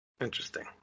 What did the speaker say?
Interesting